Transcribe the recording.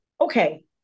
Okay